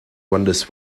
wonders